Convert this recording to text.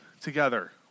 together